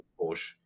Porsche